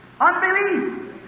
Unbelief